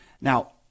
Now